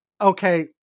okay